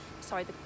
sorry